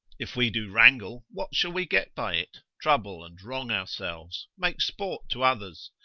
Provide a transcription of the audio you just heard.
if we do wrangle, what shall we get by it? trouble and wrong ourselves, make sport to others.